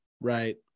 Right